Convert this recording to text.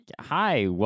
Hi